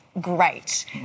great